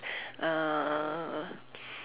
uh